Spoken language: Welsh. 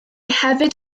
hefyd